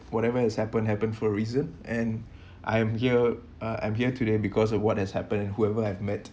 whatever has happened happen for a reason and I'm here uh I'm here today because of what has happened whoever I have met